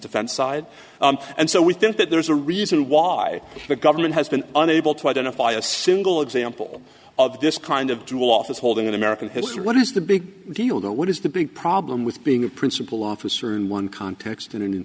defense side and so we think that there is a reason why the government has been unable to identify a single example of this kind of dual office holding in american history what is the big deal now what is the big problem with being a principal officer in one context an